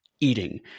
eating